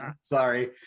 Sorry